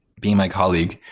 being my colleague.